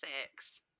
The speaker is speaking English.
sex